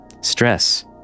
Stress